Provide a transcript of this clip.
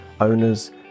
owners